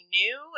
new